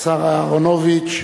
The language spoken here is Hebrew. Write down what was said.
השר אהרונוביץ.